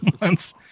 months